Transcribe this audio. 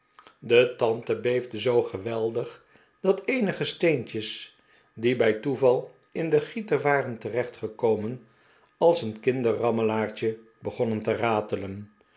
de tante beefde zoo geweldig dat eenige steentjes die bij toeval in den gieter waren terecht gekomen als een kinderrammelaartje begonnen te ratelen